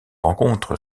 rencontre